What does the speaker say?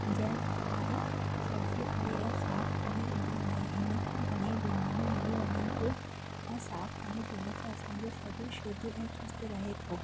जंहिं सां पाणी छणिजी करे ऐं साफ़ु पाणी ईंदो आहे हिन सां घणे बीमारियूं मरी वञनि थियूं ऐं साफ़ु पाणी पीअण सां असांजो शरीर शुद्ध ऐं चुस्तु रहे थो